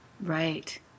Right